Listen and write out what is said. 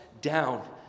down